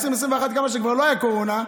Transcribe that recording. ב-2021, כשכבר לא הייתה קורונה,